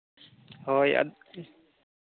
ᱦᱳᱭ